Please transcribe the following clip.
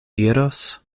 iros